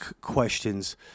questions